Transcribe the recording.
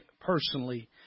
personally